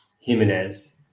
jimenez